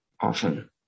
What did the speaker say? Often